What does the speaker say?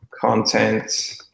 content